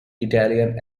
italian